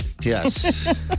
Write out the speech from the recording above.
Yes